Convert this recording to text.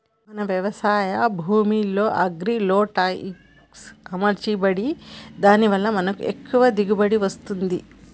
మన వ్యవసాయ భూమిలో అగ్రివోల్టాయిక్స్ అమర్చండి దాని వాళ్ళ మనకి ఎక్కువ దిగువబడి వస్తుంది